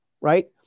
right